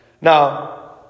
Now